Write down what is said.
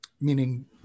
Meaning